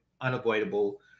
unavoidable